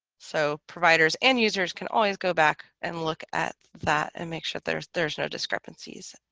so providers and users can always go back and look at that and make sure there's there's no discrepancies